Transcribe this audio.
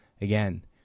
Again